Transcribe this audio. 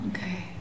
Okay